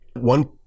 One